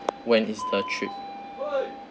when is the trip